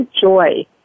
joy